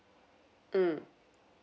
mm